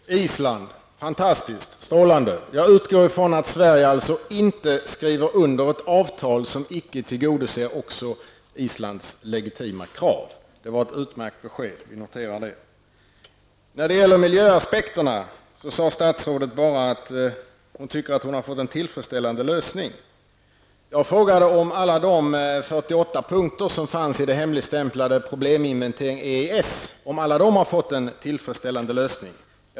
Herr talman! Island -- fantastiskt, stålande! Jag utgår alltså ifrån att Sverige inte skriver under ett avtal som inte tillgodoser Islands legitima intressen. Det var ett utmärkt besked. Jag noterar det. När det gäller miljöaspekterna sade statsrådet bara att hon tycker att man fått en tillfredsställande lösning. Jag frågade om alla de 48 punkter som fanns i det hemligstämplade Probleminvestering EES fått en tillfredsställande lösning.